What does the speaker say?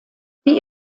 die